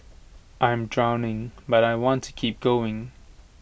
I am drowning but I want to keep going